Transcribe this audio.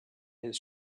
his